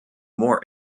more